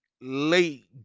late